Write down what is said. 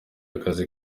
akazi